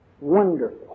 wonderful